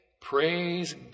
Praise